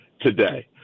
today